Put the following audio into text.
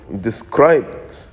described